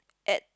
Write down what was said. at